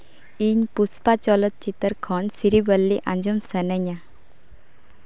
ᱤᱧ ᱯᱩᱥᱯᱟ ᱪᱚᱞᱚᱛ ᱪᱤᱛᱟᱹᱨ ᱠᱷᱚᱱ ᱥᱤᱨᱤᱵᱚᱞᱞᱤ ᱟᱸᱡᱚᱢ ᱥᱟᱱᱟᱧᱟ